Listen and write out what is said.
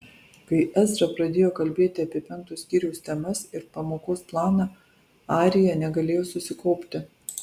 kai ezra pradėjo kalbėti apie penkto skyriaus temas ir pamokos planą arija negalėjo susikaupti